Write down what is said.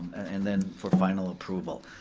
and then for final approval.